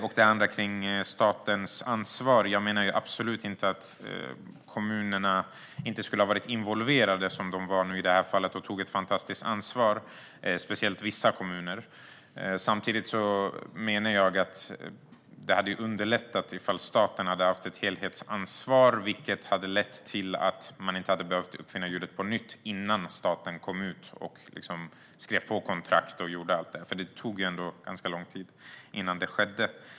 När det gäller det andra, statens ansvar, menar jag absolut inte att kommunerna inte skulle ha varit involverade, som de var i detta fall - de tog ett fantastiskt ansvar, speciellt vissa kommuner. Samtidigt menar jag att det hade underlättat om staten hade haft ett helhetsansvar. Då hade man inte behövt uppfinna hjulet på nytt innan staten kom ut och skrev på kontrakt och så vidare. Det tog ändå ganska lång tid innan det skedde.